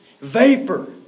Vapor